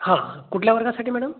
हां कुठल्या वर्गासाठी मॅडम